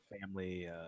family